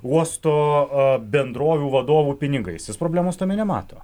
uosto bendrovių vadovų pinigais jis problemos tame nemato